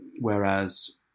whereas